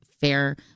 fair